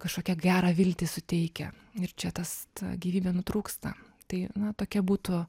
kažkokią gerą viltį suteikia ir čia tas ta gyvybė nutrūksta tai na tokia būtų